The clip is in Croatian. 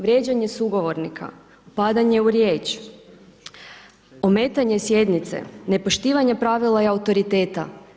Vrijeđanje sugovornika, upadaju u riječ, ometanje sjednice, nepoštivanje pravila i autoriteta.